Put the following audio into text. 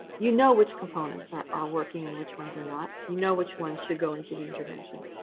you know which components are are working and which ones are not. you know which ones should go into the intervention.